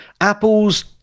Apple's